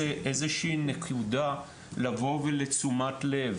זוהי איזו שהיא נקודה שאפשר לעורר בה את תשומת הלב